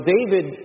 David